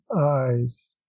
eyes